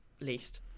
least